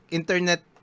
internet